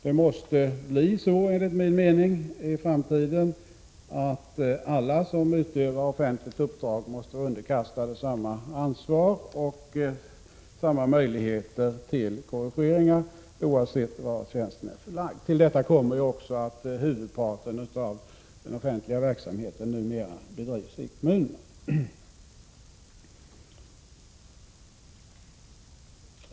Det måste enligt min mening bli så i framtiden att alla som utövar offentligt uppdrag måste vara underkastade samma ansvar och samma möjligheter till korrigeringar, oavsett var vederbörandes tjänst är förlagd. Till detta kommer också att huvudparten av den offentliga verksamheten numera bedrivs i kommunerna.